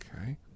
okay